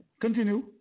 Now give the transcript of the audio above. Continue